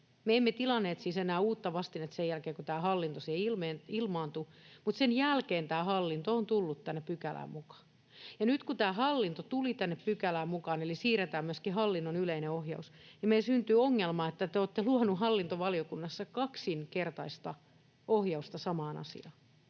Me emme tilanneet siis enää uutta vastinetta sen jälkeen, kun tämä ”hallinto” siihen ilmaantui, mutta sen jälkeen tämä ”hallinto” on tullut tänne pykälään mukaan. Ja nyt kun tämä ”hallinto” tuli tänne pykälään mukaan eli siirretään myöskin hallinnon yleinen ohjaus, niin meillä syntyy ongelma, että te olette luoneet hallintovaliokunnassa kaksinkertaista ohjausta samaan asiaan.